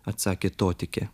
atsakė totikė